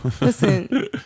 Listen